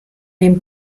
dem